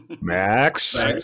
Max